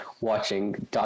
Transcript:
watching